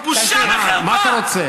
הוא חוק מושחת.